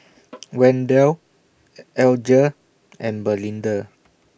Wendell Alger and Belinda